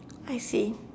I see